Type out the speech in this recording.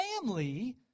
family